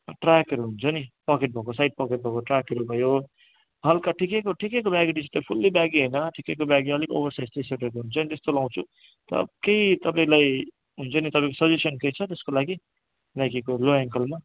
ट्र्याकहरू हुन्छ नि पकेट भएको साइड पकेट भएको ट्र्याकहरू भयो हल्का ठिकैको ठिकैको ब्यागी जस्तो फुल्ली ब्यागी हैन ठिकैको ब्यागी अलिक ओबरसाइज टिसर्टहरू हुन्छ नि त्यस्तो लाउँछु र केही तपाईँलाई हुन्छ नि तपाईँको सजेसन केही छ त्यसको लागि नाइकीको लो एङ्कलमा